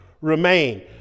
remain